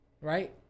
right